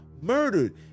murdered